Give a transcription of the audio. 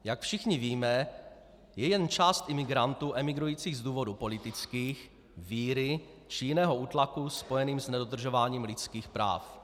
Jak všichni víme, je jen část imigrantů emigrujících z důvodů politických, víry či jiného útlaku spojeného s nedodržováním lidských práv.